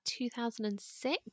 2006